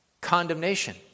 condemnation